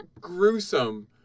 gruesome